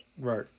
Right